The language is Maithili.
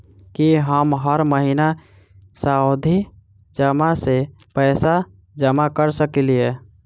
की हम हर महीना सावधि जमा सँ पैसा जमा करऽ सकलिये?